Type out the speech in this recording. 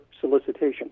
solicitation